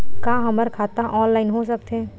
का हमर खाता ऑनलाइन हो सकथे?